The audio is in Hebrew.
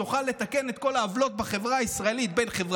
תוכל לתקן את כל העוולות בחברה הישראלית,